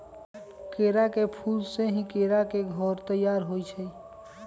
केरा के फूल से ही केरा के घौर तइयार होइ छइ